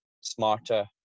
smarter